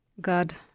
God